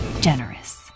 generous